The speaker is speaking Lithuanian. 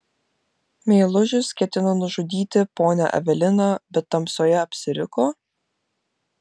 meilužis ketino nužudyti ponią eveliną bet tamsoje apsiriko